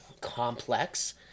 complex